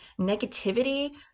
negativity